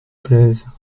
plaisent